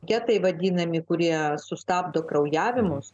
getai vadinami kurie sustabdo kraujavimus